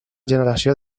generació